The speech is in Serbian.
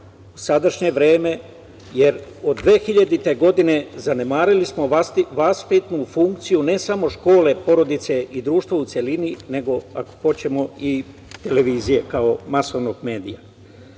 sadašnje vreme, jer od 2000. godine zanemarili smo vaspitnu funkciju ne samo škole, porodice i društva u celini, nego, ako hoćemo, televizije kao masovnog